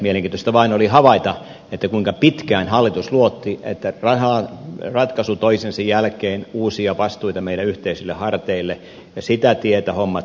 mielenkiintoista vain oli havaita kuinka pitkään hallitus luotti siihen että ottamalla ratkaisu toisensa jälkeen uusia vastuita meidän yhteisille harteillemme sitä tietä hommat hoituisivat